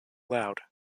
loud